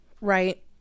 right